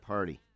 Party